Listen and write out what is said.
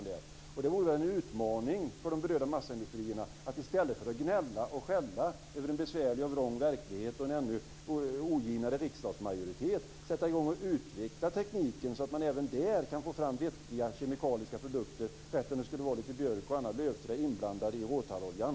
Det vore väl en utmaning för de berörda massaindustrierna att i stället för att gnälla och skälla över en besvärlig och vrång verklighet och en ännu oginare riksdagsmajoritet sätta i gång och utveckla tekniken, så att man även där kan få fram vettiga kemikaliska produkter, även om det skulle vara lite björk och annat lövträ inblandad i råtalloljan.